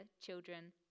children